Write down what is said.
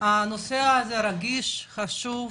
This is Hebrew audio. הנושא רגיש, חשוב,